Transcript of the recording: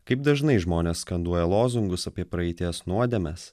kaip dažnai žmonės skanduoja lozungus apie praeities nuodėmes